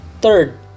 third